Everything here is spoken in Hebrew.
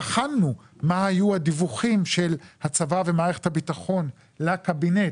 בחנו מה היו הדיווחים של הצבא ומערכת הביטחון לקבינט